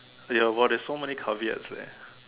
ya but there's so many caveats leh